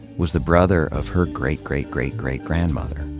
was the brother of her great, great, great, great grandmother.